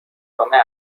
جمعه